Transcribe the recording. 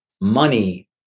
money